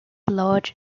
large